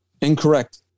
Incorrect